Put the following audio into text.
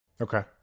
Okay